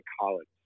college